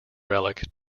relic